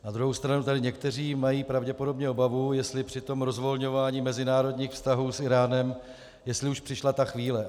Na druhou stranu tady někteří mají pravděpodobně obavu, jestli při tom rozvolňování mezinárodních vztahů s Íránem, jestli už přišla ta chvíle.